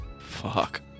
Fuck